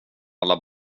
alla